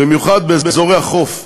במיוחד באזורי החוף,